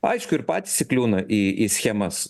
aišku ir patys įkliūna į į schemas